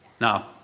Now